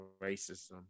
racism